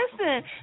listen